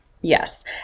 Yes